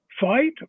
fight